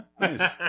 Nice